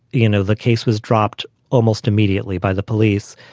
you know, the case was dropped almost immediately by the police.